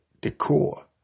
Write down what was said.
decor